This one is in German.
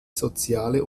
soziale